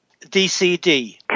DCD